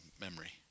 memory